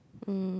um